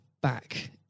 back